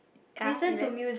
ah relax